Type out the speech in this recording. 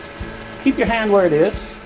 keep your hands where it is.